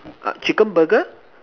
uh chicken Burger